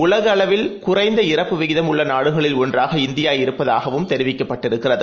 உலகஅளவில்குறைந்தஇறப்புவிகிதம்உள்ளநாடுகளில்ஒன்றாகஇந்தியாஇருப்ப தாகவும்தெரிவிக்கப்பட்டிருக்கிறது